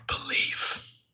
belief